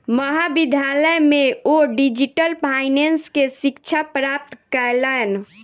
महाविद्यालय में ओ डिजिटल फाइनेंस के शिक्षा प्राप्त कयलैन